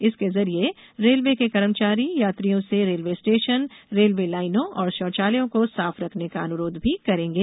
इसके जरिए रेलवे के कर्मचारी यात्रियों से रेलवे स्टेशन रेल लाइनों और शौचालय को साफ रखने का अनुरोध भी करेंगे